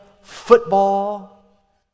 football